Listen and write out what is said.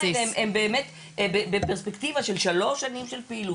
האלה הם בפרספקטיבה של שלוש שנים של פעולות.